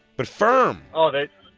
but firm! oh, they.